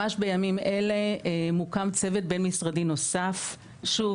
ממש בימים אלו מוקם צוות בין משרדי נוסף שוב